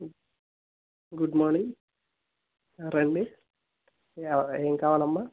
good morning రండి ఎవ ఏం కావాలమ్మ